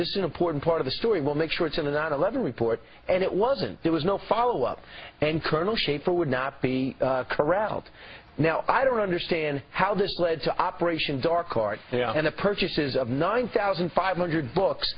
just an important part of the story will make sure it's in the nine eleven report and it wasn't there was no follow up and colonel shaffer would not be corralled now i don't understand how this led to operation dark heart and the purchases of nine thousand five hundred books